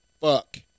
fuck